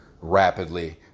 rapidly